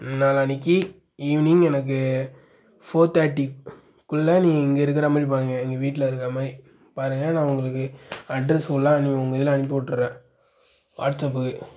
ம் நாளன்னைக்கி ஈவ்னிங் எனக்கு ஃபோர் தர்ட்டிகுள்ள நீங்கள் இங்கேருக்குற மாதிரி பாருங்கள் எங்கள் வீட்டில் இருக்கிற மாதிரி பாருங்கள் நான் உங்களுக்கு அட்ரஸ் ஃபுல்லாக உங்கள் இதில் அனுப்பிவிட்டுர்றேன் வாட்ஸ்அப்பு